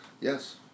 Yes